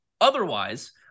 Otherwise